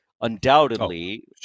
undoubtedly